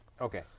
okay